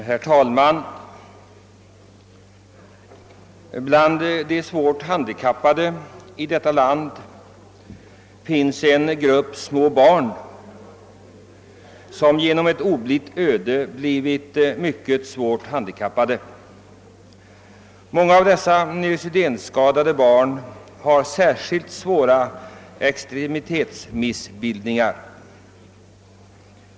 Herr talman! Det finns i detta land en grupp småbarn, som genom ett oblitt öde blivit mycket svårt handikappade. Många av dessa neurosedynskadade barn har särskilt svåra extremitetsmissbildningar.